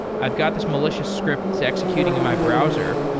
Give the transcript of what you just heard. i've got this malicious script that's executing in my browser.